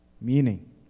meaning